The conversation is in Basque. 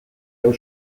hau